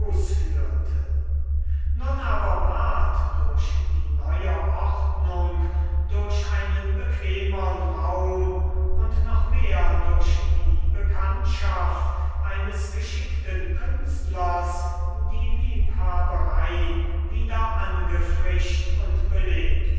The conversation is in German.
nun aber ward durch die neue ordnung durch einen bequemern raum und noch mehr durch die bekanntschaft eines geschickten künstlers die liebhaberei wieder angefrischt und belebt